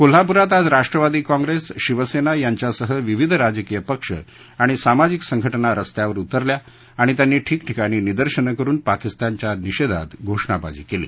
कोल्हापुरात आज राष्ट्रवादी कॉंप्रेस शिवसेना यांच्यासह विविध राजकीय पक्ष आणि सामाजिक संघटना रस्त्यावर उतरल्या आणि त्यांनी ठिकठिकाणी निदर्शनं करून पाकिस्तानचा निषेधात घोषणाबाजी केली